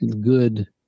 good